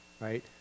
right